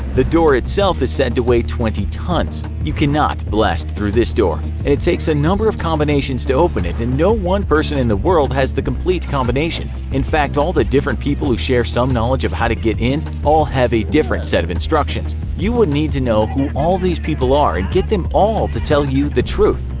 the door itself is said to weigh twenty tons. you cannot blast through this door, and it takes a number of combinations to open it and no one person in the world has the complete combination. in fact, all the different people who share some knowledge of how to get in all have a set of different instructions. you would need to know who all these people are and get them all to tell you the truth.